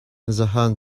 zahan